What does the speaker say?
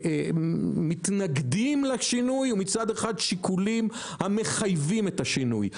שיקולים המתנגדים לשינוי ומצד שני שיקולים המחייבים את השינוי.